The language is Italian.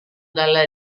dalla